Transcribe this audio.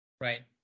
Right